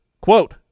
quote